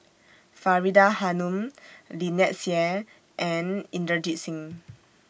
Faridah Hanum Lynnette Seah and Inderjit Singh